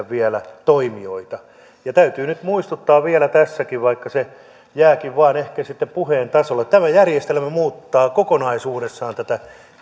vielä toimijoita ja täytyy nyt muistuttaa vielä tässäkin vaikka se jääkin vain ehkä sitten puheen tasolle tämä muuttaa kokonaisuudessaan tätä